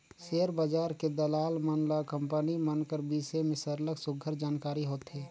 share बजार के दलाल मन ल कंपनी मन कर बिसे में सरलग सुग्घर जानकारी होथे